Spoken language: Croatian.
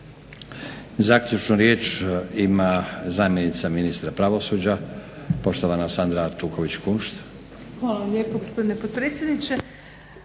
Zaključnu riječ ima zamjenica ministra pravosuđa, poštovana Sandra Artuković-Kunšt.